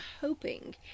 hoping